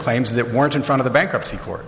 claims that weren't in front of the bankruptcy court